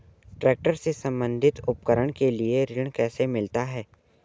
Tractor से संबंधित उपकरण के लिए ऋण कैसे मिलता है?